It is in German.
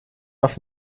auf